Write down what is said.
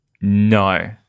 No